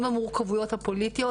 עם המורכבויות הפוליטיות,